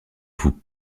vous